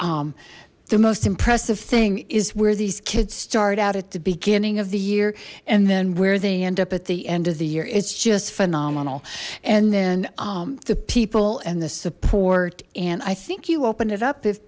think the most impressive thing is where these kids start out at the beginning of the year and then where they end up at the end of the year it's just phenomenal and then the people and the support and i think you opened it up if